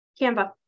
Canva